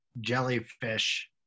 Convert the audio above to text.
jellyfish